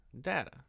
data